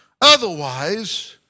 otherwise